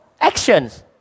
actions